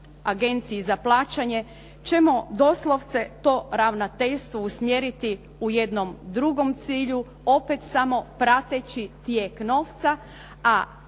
Agenciji za plaćanje ćemo doslovce to ravnateljstvo usmjeriti u jednom dugom cilju opet samo prateći tijek novca,